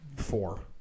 four